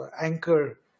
anchor